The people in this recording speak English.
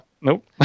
Nope